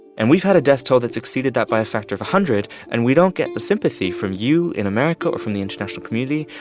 and we've had a death toll that's exceeded that by a factor of one hundred, and we don't get the sympathy from you in america or from the international community.